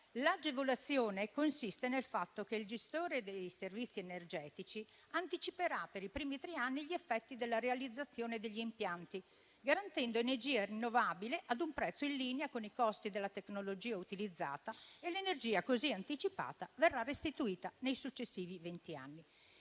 L'agevolazione consiste nel fatto che il gestore dei servizi energetici anticiperà per i primi tre anni gli effetti della realizzazione degli impianti, garantendo energia rinnovabile a un prezzo in linea con i costi della tecnologia utilizzata; l'energia così anticipata verrà restituita nei successivi vent'anni.